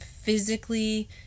physically